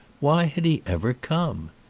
why had he ever come?